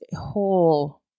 whole